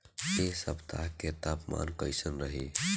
एह सप्ताह के तापमान कईसन रही?